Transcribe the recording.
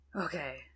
Okay